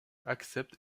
accepte